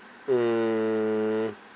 um